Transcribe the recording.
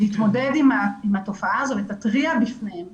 להתמודד עם התופעה ה זו ותתריע בפניהם